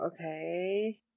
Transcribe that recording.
okay